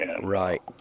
Right